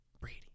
Brady